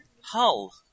Hull